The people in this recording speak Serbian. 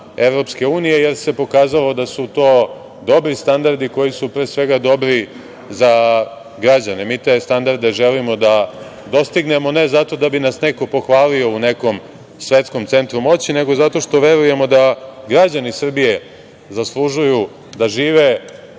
Evropske unije, jer se pokazalo da su to dobri standardi koji su pre svega dobri za građane. Mi te standarde želimo da dostignemo, ne zato da bi nas neko pohvalio u nekom svetskom centru moći, nego zato što verujemo da građani Srbije zaslužuju da žive